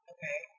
Okay